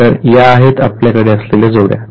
तर या आहेत आपल्याकडे असलेल्या जोड्या